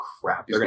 crap